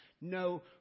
no